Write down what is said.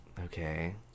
Okay